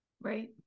Right